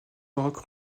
rock